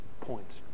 points